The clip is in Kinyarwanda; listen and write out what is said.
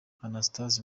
anastase